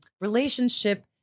relationship